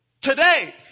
today